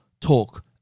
talk